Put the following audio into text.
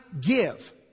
give